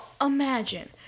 imagine